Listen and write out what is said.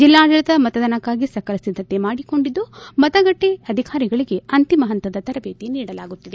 ಜಿಲ್ಲಾಡಳಿತ ಮತದಾನಕ್ಕಾಗಿ ಸಕಲ ಸಿದ್ಧತೆ ಮಾಡಿಕೊಂಡಿದ್ದು ಮತಗಟ್ಟೆ ಅಧಿಕಾರಿಗಳಿಗೆ ಅಂತಿಮ ಪಂತದ ತರಬೇತಿ ನೀಡಲಾಗುತ್ತಿದೆ